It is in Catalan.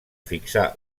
fixar